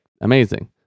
amazing